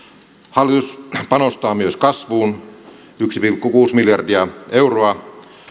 hallitus panostaa myös kasvuun yksi pilkku kuusi miljardia euroa